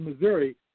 missouri